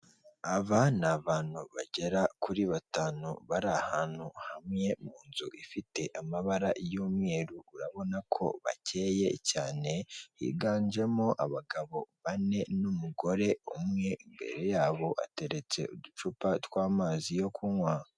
Aba ni abantu bagera kuri batanu bari ahantu hamwe, mu nzu ifite amabara y'umweru. Urabona ko bakeye cyane, higanjemo abagabo bane n'umugore umwe, imbere yabo hateretse uducupa tw'amazi yo kunywa.